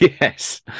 yes